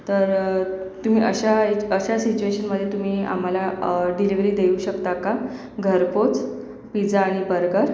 तर तुम्ही अशा या अशा सिच्युएशनमध्ये तुम्ही आम्हाला डिलेवरी देऊ शकता का घरपोच पिझ्झा आणि बर्गर